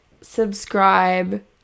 subscribe